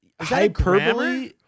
Hyperbole